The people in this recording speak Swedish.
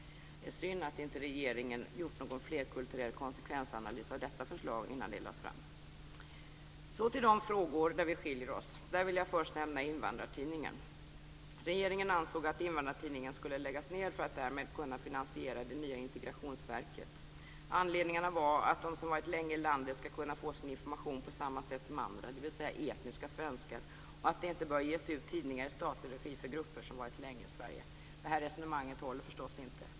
Det är synd att inte regeringen gjort någon flerkulturell konsekvensanalys av detta förslag innan det lades fram. Så till de frågor där vi skiljer oss. Där vill jag först nämna Invandrartidningen. Regeringen ansåg att Invandrartidningen skulle läggas ned för att därmed kunna finansiera det nya integrationsverket. Anledningarna var att de som varit länge i landet skall kunna få sin information på samma sätt som andra, dvs. etniska svenskar, och att det inte bör ges ut tidningar i statlig regi för grupper som varit länge i Sverige. Det här resonemanget håller förstås inte.